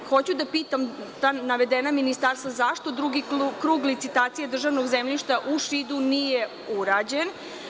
Hoću da pitam navedena ministarstva zašto drugi krug licitacija državnog zemljišta u Šidu nije urađen?